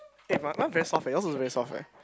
eh mine one very soft eh yours also very soft eh